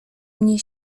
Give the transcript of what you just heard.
mnie